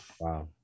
Wow